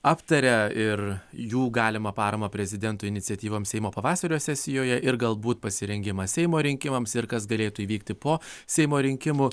aptaria ir jų galimą paramą prezidento iniciatyvoms seimo pavasario sesijoje ir galbūt pasirengimą seimo rinkimams ir kas galėtų įvykti po seimo rinkimų